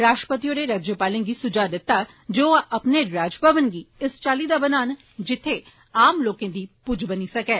राश्ट्रपति होरें राज्यपालें गी सुझाव दित्ता जे ओ अपने राजभवन गी इस चाल्ली दा बनान जित्थे आम लोकें दी पुज्ज होए